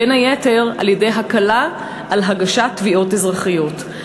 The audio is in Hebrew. בין היתר בהקלה על הגשת תביעות אזרחיות,